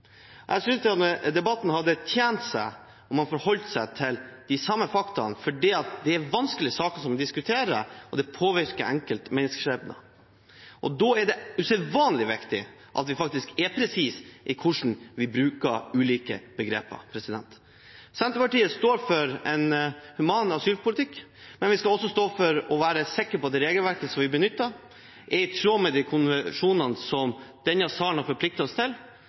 debatten hadde tjent på om man forholdt seg til de samme faktaene, for det er vanskelige saker vi diskuterer, og det påvirker enkeltmenneskers skjebne. Da er det usedvanlig viktig at vi faktisk er presise når vi bruker ulike begreper. Senterpartiet står for en human asylpolitikk, men vi skal også stå for å være sikre på at det regelverket vi benytter, er i tråd med de konvensjonene som denne salen har forpliktet oss til.